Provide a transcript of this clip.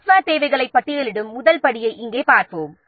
software தேவைகளை பட்டியலிடும் முதல் படியை இங்கே பார்ப்போம்